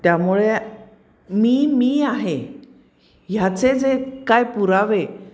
त्यामुळे मी मी आहे ह्याचे जे काय पुरावे